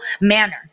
manner